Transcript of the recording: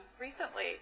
recently